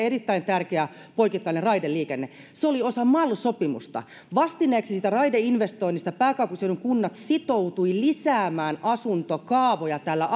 erittäin tärkeä poikittainen raideliikenne se oli osa mal sopimusta vastineeksi siitä raideinvestoinnista pääkaupunkiseudun kunnat sitoutuivat lisäämään asuntokaavoja tällä